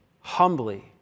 humbly